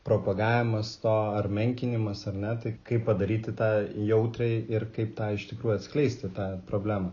propagavimas to ar menkinimas ar ne tai kaip padaryti tą jautriai ir kaip tą iš tikrųjų atskleisti tą problemą